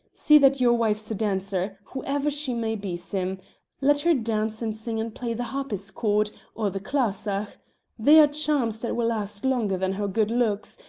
see that your wife's a dancer, whoever she may be, sim let her dance and sing and play the harpsichord or the clarsach they are charms that will last longer than her good looks,